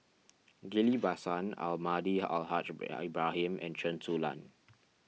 Ghillie Basan Almahdi Al Haj Ibrahim and Chen Su Lan